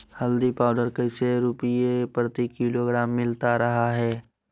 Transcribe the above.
हल्दी पाउडर कैसे रुपए प्रति किलोग्राम मिलता रहा है?